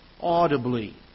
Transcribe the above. audibly